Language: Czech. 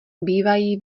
bývají